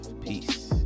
Peace